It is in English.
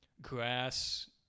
Grass